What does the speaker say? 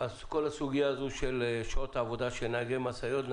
כל הסוגיה הזו של שעות עבודה של נהגי משאיות,